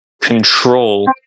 control